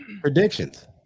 predictions